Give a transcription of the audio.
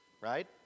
right